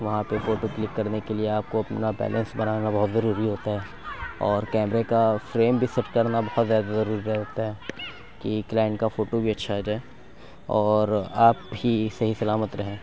وہاں پہ photo click کرنے کے لیے آپ کو اپنا بیلینس بنانا بہت ضروری ہوتا ہے اور کیمرے کا فریم بھی سیٹ کرنا بہت زیادہ ضروری ہوتا ہے کہ کلائنٹ کا فوٹو بھی اچھا آ جائے اور آپ بھی صحیح سلامت رہیں